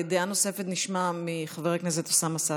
דעה נוספת נשמע מחבר הכנסת אוסאמה סעדי.